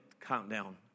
countdown